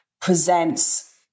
presents